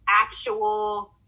actual